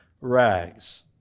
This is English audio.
rags